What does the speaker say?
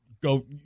go